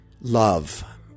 love